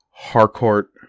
Harcourt